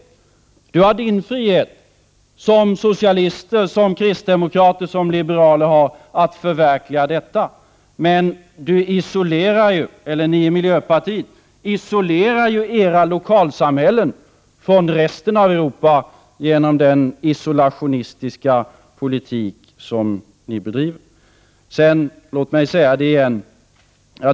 Per Gahrton har sin frihet, liksom socialister, kristdemokrater och liberaler, att förverkliga detta, men ni i miljöpartiet isolerar ju era lokalsamhällen från resten av Europa genom den isolationistiska politik som ni bedriver. Låt mig säga det igen.